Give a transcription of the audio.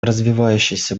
развивающаяся